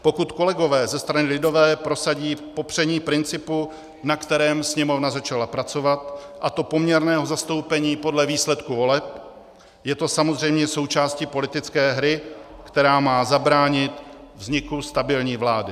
Pokud kolegové ze strany lidové prosadí popření principu, na kterém Sněmovna začala pracovat, a to poměrného zastoupení podle výsledku voleb, je to samozřejmě součástí politické hry, která má zabránit vzniku stabilní vlády.